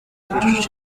kicukiro